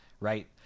Right